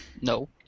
No